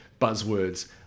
buzzwords